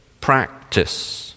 practice